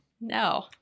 No